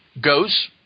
goes